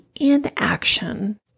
inaction